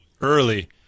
early